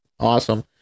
Awesome